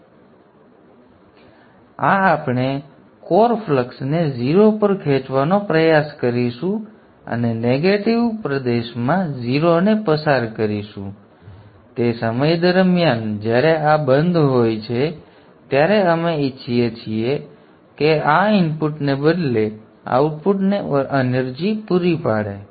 તેથી આ આપણે કોર ફ્લક્સને 0 પર ખેંચવાનો પ્રયાસ કરીશું અને નેગેટિવ પ્રદેશમાં 0 ને પસાર કરીશું અને તે સમય દરમિયાન જ્યારે આ બંધ હોય છે ત્યારે અમે ઇચ્છીએ છીએ કે આ ઇનપુટને બદલે આઉટપુટને એનર્જી પૂરી પાડે